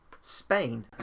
Spain